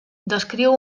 descriu